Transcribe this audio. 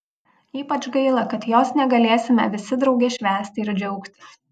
ypač gaila kad jos negalėsime visi drauge švęsti ir džiaugtis